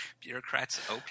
bureaucrats